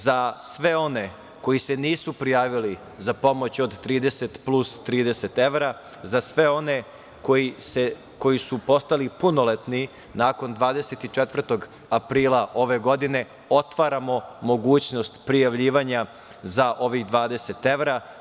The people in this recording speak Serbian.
Za sve one koji se nisu prijavili za pomoć od 30 plus 30 evra, za sve one koji su postali punoletni nakon 24. aprila ove godine otvaramo mogućnost prijavljivanja za ovih 20 evra.